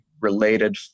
related